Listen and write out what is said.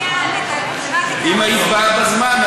--- אם היית באה בזמן,